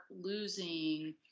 losing